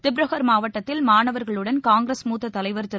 திப்ருகர் மாவட்டத்தில் மாணவர்களுடன் காங்கிரஸ் மூத்த தலைவர் திரு